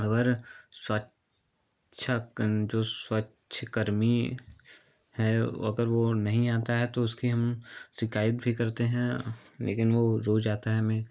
अगर सवाहच कन जो स्वच्छकर्मी है अगर वह नहीं आता है तो उसकी हम शिकायत भी करते हैं लेकिन वह रोज़ आता है हमें